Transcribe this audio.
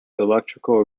electrical